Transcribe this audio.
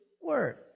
word